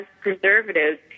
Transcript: preservatives